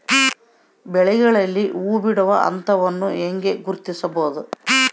ಬೆಳೆಗಳಲ್ಲಿ ಹೂಬಿಡುವ ಹಂತವನ್ನು ಹೆಂಗ ಗುರ್ತಿಸಬೊದು?